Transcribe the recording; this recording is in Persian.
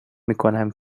میکنم